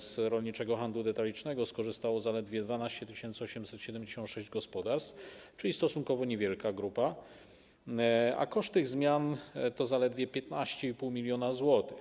Z rolniczego handlu detalicznego skorzystało zaledwie 12 876 gospodarstw, czyli stosunkowo niewielka grupa, a koszt tych zmian to zaledwie 15,5 mln zł.